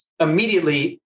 immediately